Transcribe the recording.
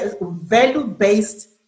value-based